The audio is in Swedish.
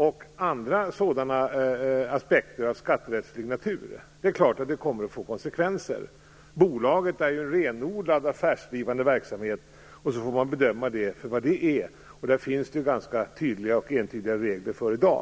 Och det finns andra sådana aspekter av skatterättslig natur. Det är klart att det kommer att få konsekvenser. Bolaget är ju en renodlad affärsdrivande verksamhet, och man får bedöma det utifrån det. Det finns ganska tydliga regler för detta i